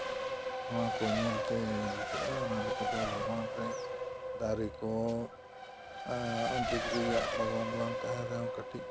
ᱱᱚᱣᱟ ᱠᱚ ᱧᱮᱞᱛᱮ ᱵᱩᱡᱷᱟᱹᱜᱼᱟ ᱚᱱᱟ ᱞᱮᱠᱟᱛᱮ ᱵᱟᱜᱽᱣᱟᱱ ᱨᱮ ᱫᱟᱨᱮ ᱠᱚ ᱟᱨ ᱩᱱ ᱛᱤᱛᱤᱡ ᱟᱜ ᱵᱟᱜᱽᱣᱟᱱ ᱵᱟᱝ ᱛᱟᱦᱮᱱ ᱨᱮᱦᱚᱸ ᱠᱟᱹᱴᱤᱡ